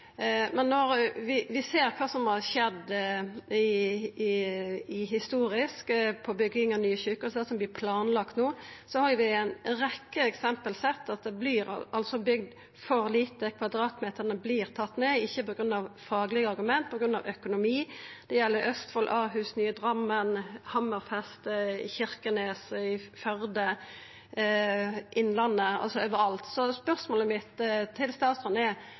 Men når vi ser kva som har skjedd historisk på bygging av nye sjukehus, og det som vert planlagt no, har vi i ei rekkje eksempel sett at det vert bygd for lite, at kvadratmetrane vert tatt ned – ikkje på grunn av faglege argument, men på grunn av økonomi. Det gjeld Østfold, Ahus, nye Drammen, Hammerfest, Kirkenes, Førde, Innlandet – altså overalt. Så spørsmålet mitt til statsråden er: